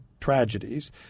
tragedies